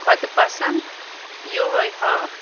کھۄتہٕ پَسنٛد یِہوٚے ہاکھ